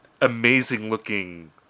amazing-looking